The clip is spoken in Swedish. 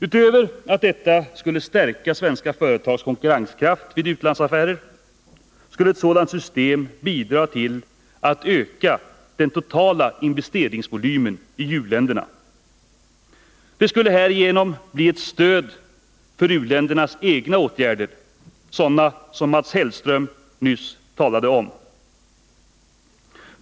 Utöver att detta skulle stärka svenska företags konkurrenskraft vid u-landsaffärer skulle ett sådant system bidra till att öka den totala investeringsvolymen i u-länderna. Det skulle härigenom bli ett stöd för u-ländernas egna åtgärder — sådana som Mats Hellström nyss talade om.